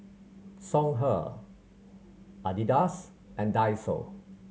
Songhe Adidas and Daiso